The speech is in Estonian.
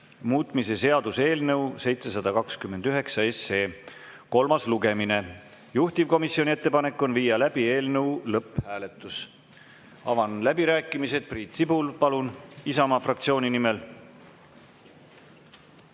muutmise seaduse eelnõu 729 kolmas lugemine. Juhtivkomisjoni ettepanek on viia läbi eelnõu lõpphääletus. Avan läbirääkimised. Priit Sibul, palun, Isamaa fraktsiooni nimel!